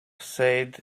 said